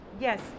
Yes